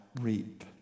reap